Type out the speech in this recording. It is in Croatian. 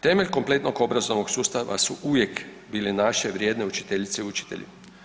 Temelj kompletnog obrazovnog sustava su uvijek bile naše vrijedne učiteljice i učitelji.